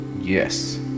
yes